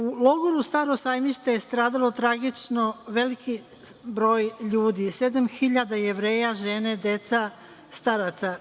U logoru „Staro sajmište“ je stradalo tragično veliki broj ljudi – 7.000 Jevreja, žene, deca, staraca.